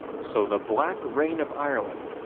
so the black rain of ireland,